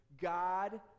God